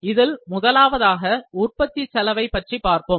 இதில் முதலாவதாக உற்பத்தி செலவை பற்றி பார்ப்போம்